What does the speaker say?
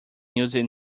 using